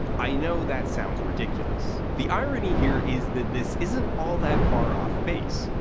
i know, that sounds ridiculous. the irony here is that this isn't all that far off base.